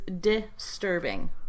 disturbing